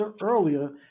earlier